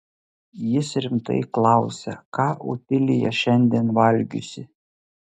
jis rimtai klausia ką otilija šiandien valgiusi